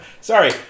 sorry